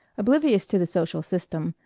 oblivious to the social system,